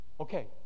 Okay